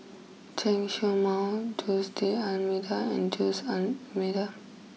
Chen show Mao Jose D'Almeida and Jose D'Almeida